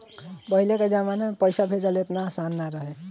पहिले के जमाना में पईसा भेजल एतना आसान ना रहे